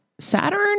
saturn